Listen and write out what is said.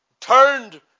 turned